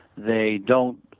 they don't